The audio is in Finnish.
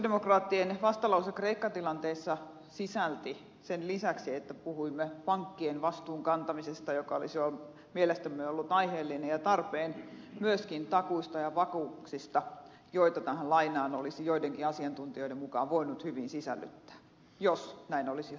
sosialidemokraattien vastalause kreikka tilanteessa sisälsi sen lisäksi että puhuimme pankkien vastuun kantamisesta joka olisi mielestämme ollut aiheellista ja tarpeen myöskin takuut ja vakuukset joita tähän lainaan olisi joidenkin asiantuntijoiden mukaan voinut hyvin sisällyttää jos näin olisi haluttu tehdä